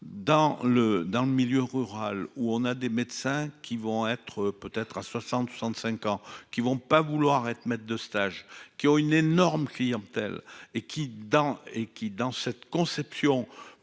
dans le milieu rural où on a des médecins qui vont être peut-être à 60 65 ans qui ne vont pas vouloir être maître de stage qui ont une énorme clientèle et qui dedans et qui dans cette conception pourtant en